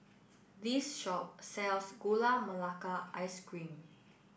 this shop sells gula melaka ice cream